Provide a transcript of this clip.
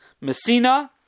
Messina